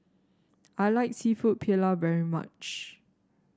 I like seafood Paella very much